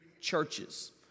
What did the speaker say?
churches